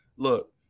Look